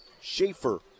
Schaefer